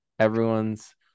everyone's